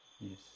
Yes